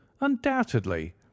Undoubtedly